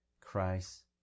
Christ